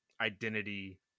identity